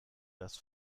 dass